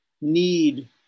need